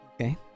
Okay